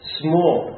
small